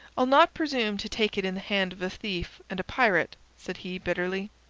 i'll not presume to take it in the hand of a thief and a pirate, said he bitterly.